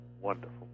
wonderful